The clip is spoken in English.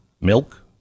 milk